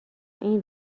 این